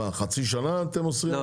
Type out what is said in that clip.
מה, חצי שנה אתם אוסרים?